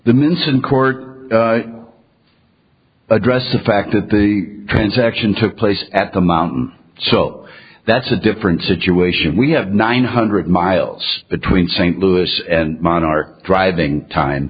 minson court address the fact that the transaction took place at the mountain so that's a different situation we have nine hundred miles between st louis and monarch driving time